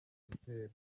butera